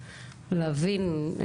להבין,